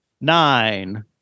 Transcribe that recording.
Nine